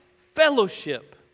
fellowship